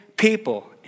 People